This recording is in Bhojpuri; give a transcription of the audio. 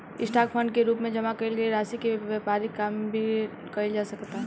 स्टॉक फंड के रूप में जामा कईल गईल राशि से व्यापारिक काम भी कईल जा सकता